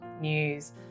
news